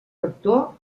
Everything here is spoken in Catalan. factor